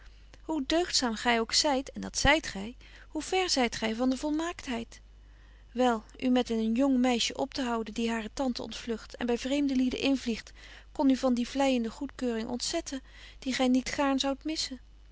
hoe deugdzaam gy ook zyt en dat zyt gy nog ver zyt gy van de volmaaktheid wel u met een jong meisje optehouden die hare tante ontvlugt en by vreemde lieden invliegt kon u van die vleijende goedkeuring ontzetten die gy niet gaarn zoudt missen